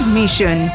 mission